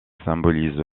symbolise